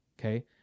okay